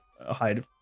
hide